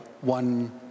one